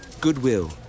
Goodwill